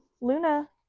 Luna